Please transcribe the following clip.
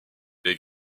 les